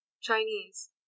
Chinese